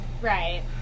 right